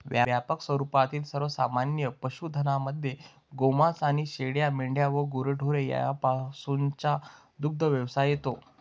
व्यापक स्वरूपातील सर्वमान्य पशुधनामध्ये गोमांस आणि शेळ्या, मेंढ्या व गुरेढोरे यापासूनचा दुग्धव्यवसाय येतो